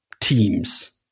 teams